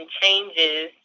changes